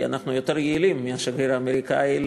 כי אנחנו יותר יעילים מהשגריר האמריקני,